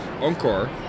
Encore